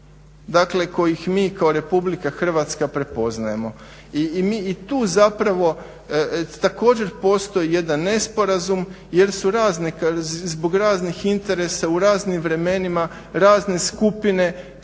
dakle kojih mi kao Republika Hrvatska prepoznajemo. I tu zapravo također postoji jedan nesporazum jer su razni, zbog raznih interesa u raznim vremenima razne skupine prihvaćale